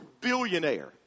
Billionaire